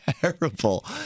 terrible